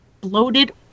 bloated